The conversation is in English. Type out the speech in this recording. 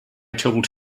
told